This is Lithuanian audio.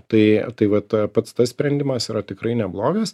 tai tai vat pats tas sprendimas yra tikrai neblogas